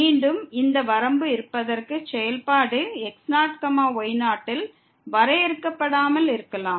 மீண்டும் இந்த வரம்பு இருப்பதற்கு செயல்பாடு x0y0 ல் வரையறுக்கப்படாமல் இருக்கலாம்